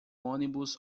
ônibus